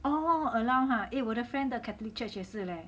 oh allow uh eh 我的 friend 的 catholic church 也是嘞